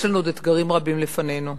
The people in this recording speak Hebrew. יש לנו עוד אתגרים רבים לפנינו.